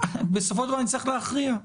ובסופו של דבר נצטרך להכריע.